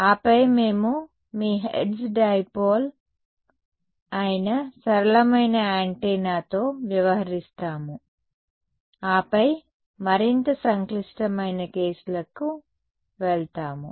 ఆపై మేము మీ హెర్ట్జ్ డైపోల్ అయిన సరళమైన యాంటెన్నాతో వ్యవహరిస్తాము ఆపై మరింత సంక్లిష్టమైన కేసులకు వెళ్తాము